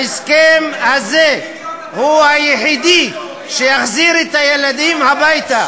ההסכם הזה הוא היחידי שיחזיר את הילדים הביתה.